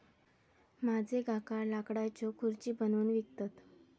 माझे काका लाकडाच्यो खुर्ची बनवून विकतत